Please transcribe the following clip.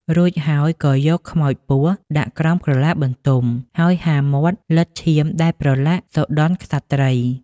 រួចហើយក៏យកខ្មោចពស់ដាក់ក្រោមក្រឡាបន្ទំ ហើយហាមាត់លិទ្ធឈាមដែលប្រលាក់សុដន់ក្សត្រី។